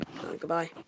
goodbye